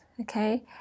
okay